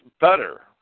better